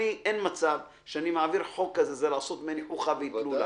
אין מצב שאעביר הצעת חוק כזאת זה לעשות ממני חוכא ואיטלולא.